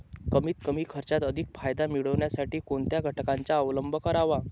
कमीत कमी खर्चात अधिक फायदा मिळविण्यासाठी कोणत्या घटकांचा अवलंब करावा?